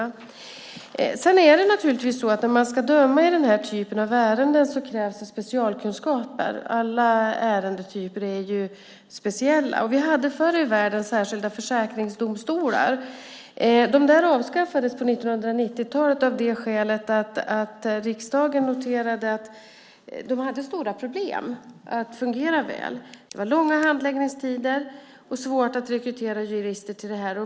Naturligtvis är det så att det när man ska döma i den här typen av ärenden krävs specialkunskaper. Alla ärendetyper är ju speciella. Förr i världen hade vi särskilda försäkringsdomstolar. De avskaffades på 1990-talet av det skälet att riksdagen noterade att de hade stora problem med att fungera väl. Det var långa handläggningstider och svårt att rekrytera jurister till det här.